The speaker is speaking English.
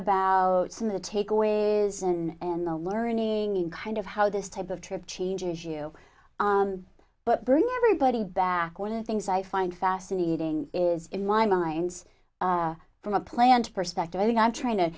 about some of the takeaway is and the learning in kind of how this type of trip changes you but bring everybody back one of the things i find fascinating is in my minds from a plan to perspective i think i'm trying to